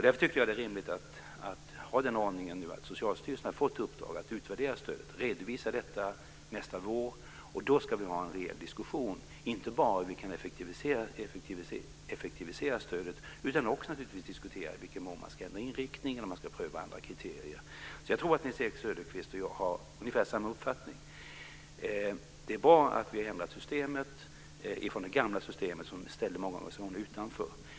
Därför tycker jag att det är rimligt att Socialstyrelsen nu har fått i uppdrag att utvärdera stödet och redovisa detta nästa vår. Då ska vi ha en rejäl diskussion inte bara om hur vi kan effektivisera stödet utan också naturligtvis också om i vilken mån man ska ändra inriktning eller pröva andra kriterier. Jag tror att Nils-Erik Söderqvist och jag har ungefär samma uppfattning. Det är bra att vi har ändrat systemet. Det gamla systemet ställde många organisationer utanför.